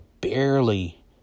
barely